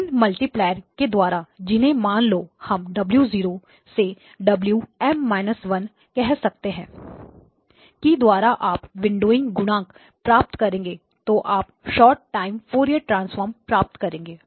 इन multiplier के द्वारा जिन्हें मान लो हम w0 से w M−1 कह सकते हैं कि द्वारा आप विंडोइंग गुणांक प्राप्त करेंगे तो आप शोर्ट टाइम फॉरिएर ट्रांसफॉर्म प्राप्त करेंगे